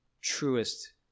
truest